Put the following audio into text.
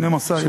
שנים-עשר ילדים.